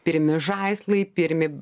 pirmi žaislai pirmi